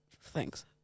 thanks